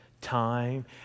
time